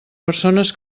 persones